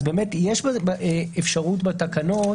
יש אפשרות בתקנות,